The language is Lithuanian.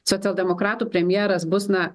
socialdemokratų premjeras bus na